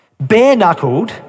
bare-knuckled